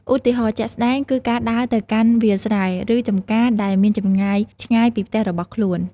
ឧទាហរណ៍ជាក់ស្តែងគឺការដើរទៅកាន់វាលស្រែ ឬចំការដែលមានចម្ងាយឆ្ងាយពីផ្ទះរបស់ខ្លួន។